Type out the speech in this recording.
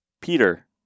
Peter